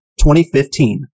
2015